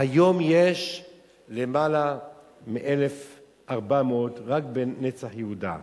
והיום יש למעלה מ-1,400 רק ב"נצח יהודה".